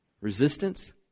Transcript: resistance